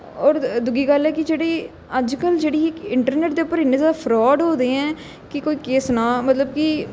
होर दूई गल्ल ऐ कि जेह्ड़ी अज्जकल जेह्ड़ी इक इंटरनेट दे उप्पर इन्ने ज्यादा फ्राड होआ दे ऐ कि कोई केह् सनाए मतलब कि